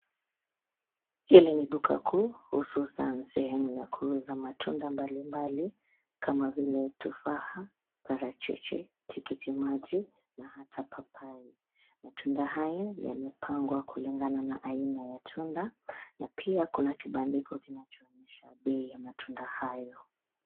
Hili ni duka kuu, hususan sehemu ya kuuza matunda mbalimbali, kama vile tufaha, parachichi, tikiti maji na hata papai. Matunda hayo yamepangwa kulingana na aina ya tunda, na pia kuna kibandiko kinacho onyesha bei ya matunda hayo.